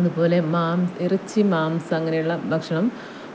അതുപോലെ മാം ഇറച്ചി മാംസം അങ്ങനെയുള്ള ഭക്ഷണം